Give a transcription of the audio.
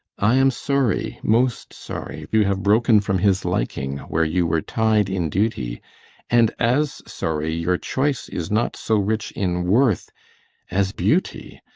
i am sorry, most sorry, you have broken from his liking, where you were tied in duty and as sorry your choice is not so rich in worth as beauty,